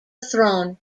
throne